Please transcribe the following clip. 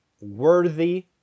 worthy